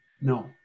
No